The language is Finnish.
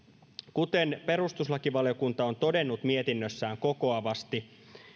kuten perustuslakivaliokunta on todennut mietinnössään kokoavasti